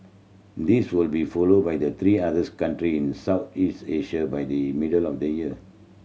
this will be followed by the three others country in Southeast Asia by the middle of the year